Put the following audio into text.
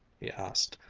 he asked.